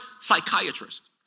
psychiatrist